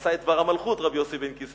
עשה את דבר המלכות, רבי יוסי בן קיסמא.